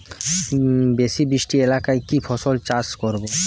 বেশি বৃষ্টি এলাকায় কি ফসল চাষ করব?